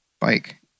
Bike